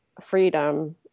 freedom